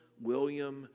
William